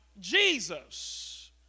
Jesus